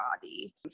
body